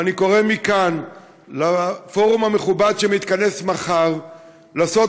אני קורא מכאן לפורום המכובד שמתכנס מחר לעשות